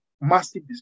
massive